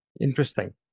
Interesting